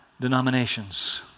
denominations